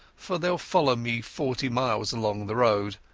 for theyall follow me forty miles along the road,